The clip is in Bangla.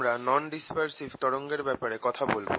আমরা নন ডিসপার্সিভ তরঙ্গের ব্যাপারে কথা বলবো